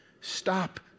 Stop